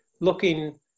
looking